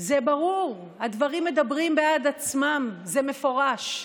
זה ברור, הדברים מדברים בעד עצמם, זה מפורש: